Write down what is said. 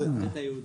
אל תפלה את היהודים.